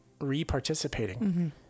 re-participating